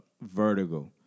Vertigo